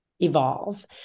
evolve